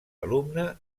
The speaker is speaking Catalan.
alumne